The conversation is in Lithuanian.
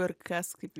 kur kas kaip